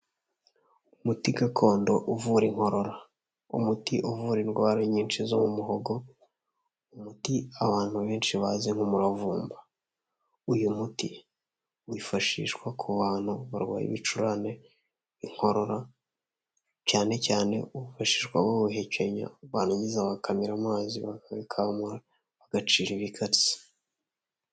Umuti gakondo uvura inkorora, umuti uvura indwara nyinshi zo mu muhogo, umuti abantu benshi bazi nk'umuravumba. Uyu muti wifashishwa ku bantu barwaye ibicurane, inkorora, cyane cyane wifashishwa bawuhekenya, barangiza bakamira amazi, bakabikamura, bagacira ibikatsi.